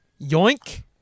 Yoink